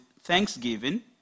thanksgiving